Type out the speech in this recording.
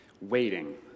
waiting